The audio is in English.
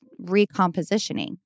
recompositioning